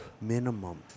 Minimum